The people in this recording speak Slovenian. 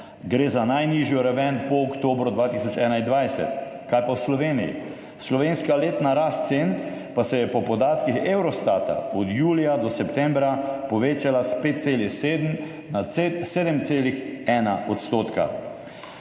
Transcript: Gre za najnižjo raven po oktobru 2021. Kaj pa v Sloveniji? Slovenska letna rast cen pa se je po podatkih Eurostata od julija do septembra povečala s 5,7 na 7,1 %.